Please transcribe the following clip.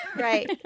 Right